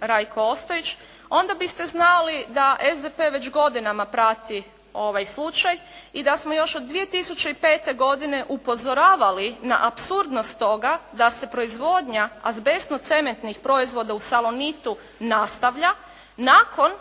Rajko Ostojić, onda biste znali da SDP već godinama prati ovaj slučaj i da smo još od 2005. godine upozoravali na apsurdnost toga da se proizvodnja azbestno cementnih proizvoda u "Salonitu" nastavlja, nakon